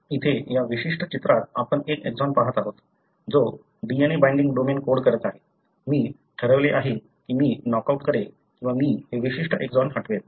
इथे या विशिष्ट चित्रात आपण एक एक्सॉन पाहत आहोत जो DNA बाइंडिंग डोमेन कोड करत आहे मी ठरवले आहे की मी नॉकआउट करेन किंवा मी हे विशिष्ट एक्सॉन हटवन